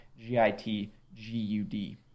G-I-T-G-U-D